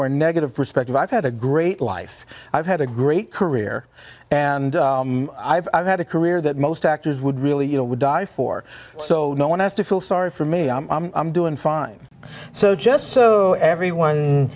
or negative perspective i've had a great life i've had a great career and i've had a career that most actors would really you know would die for so no one has to feel sorry for me i'm doing fine so just so everyone